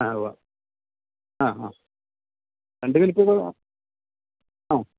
ആ ഉവ്വ് ആ ആ രണ്ട് മിനിറ്റില് ആ